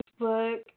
Facebook